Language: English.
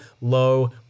low